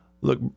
Look